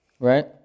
Right